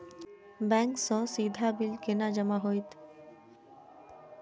Bank सँ सीधा bill केना जमा होइत?